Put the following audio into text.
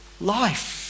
life